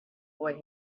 boy